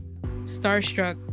starstruck